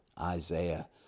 Isaiah